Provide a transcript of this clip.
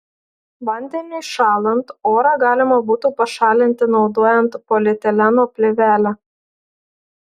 vandeniui šąlant orą galima būtų pašalinti naudojant polietileno plėvelę